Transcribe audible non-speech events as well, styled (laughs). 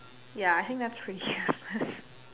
ya I think that's pretty useless (laughs)